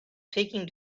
taking